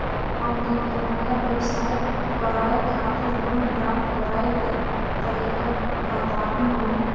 हमनी के नया व्यवसाय करै खातिर लोन प्राप्त करै के तरीका बताहु हो?